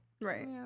Right